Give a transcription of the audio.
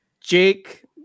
Jake